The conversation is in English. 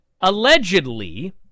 allegedly